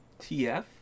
TF